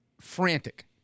frantic